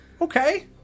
okay